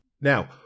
Now